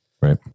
Right